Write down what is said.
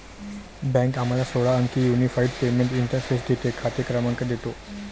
bank आम्हाला सोळा अंकी युनिफाइड पेमेंट्स इंटरफेस देते, खाते क्रमांक देतो